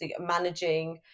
managing